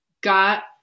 got